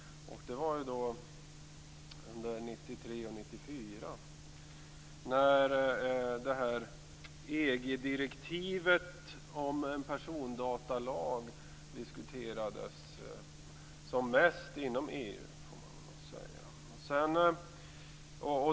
Det var under 1993 och 1994 när EG-direktivet om en persondatalag diskuterades som mest inom EU.